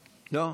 לא.